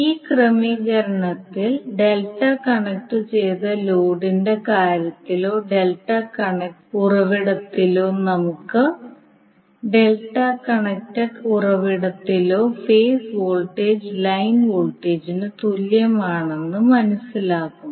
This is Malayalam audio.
ഈ ക്രമീകരണത്തിൽ ഡെൽറ്റ കണക്റ്റു ചെയ്ത ലോഡിന്റെ കാര്യത്തിലോ ഡെൽറ്റ കണക്റ്റ് ഉറവിടത്തിലോ ഫേസ് വോൾട്ടേജ് ലൈൻ വോൾട്ടേജിന് തുല്യമാണെന്ന് മനസ്സിലാകും